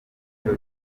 cyo